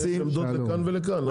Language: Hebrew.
יש עמדות לכאן ולכאן.